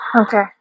Okay